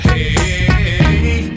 Hey